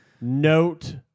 note